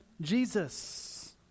Jesus